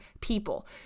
people